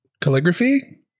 calligraphy